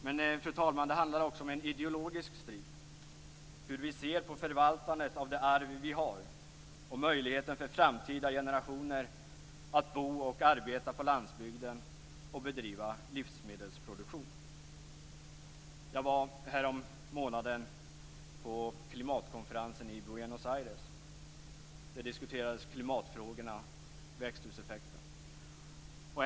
Men, fru talman, det handlar också om en ideologisk strid, om hur vi ser på förvaltandet av det arv vi har och möjligheten för framtida generationer att bo och arbeta på landsbygden och bedriva livsmedelsproduktion. Jag var härommånaden på klimatkonferensen i Buenos Aires. Där diskuterades klimatfrågorna och växthuseffekten.